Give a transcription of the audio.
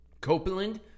Copeland